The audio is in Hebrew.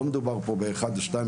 לא מדובר פה באחד או שניים,